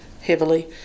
heavily